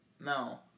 Now